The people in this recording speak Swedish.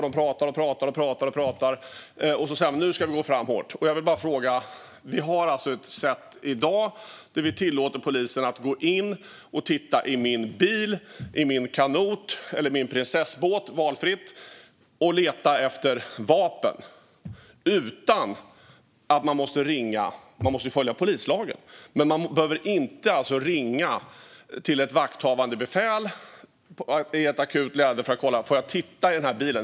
De pratar och pratar och säger att vi nu ska gå fram hårt. I dag tillåter vi alltså polisen att gå in och titta i min bil, min kanot eller min Princessbåt och leta efter vapen. Man måste följa polislagen, men man behöver inte ringa till ett vakthavande befäl i ett akut läge för att kolla om man får titta i bilen.